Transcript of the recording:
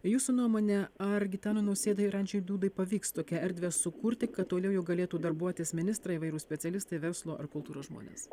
jūsų nuomone ar gitanui nausėdai ir andžejui dūdai pavyks tokią erdvę sukurti kad toliau jau galėtų darbuotis ministrai įvairūs specialistai verslo ar kultūros žmonės